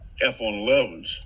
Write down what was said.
F-111s